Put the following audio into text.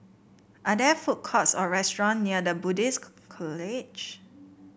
are there food courts or restaurant near The Buddhist College